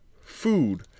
food